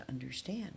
understand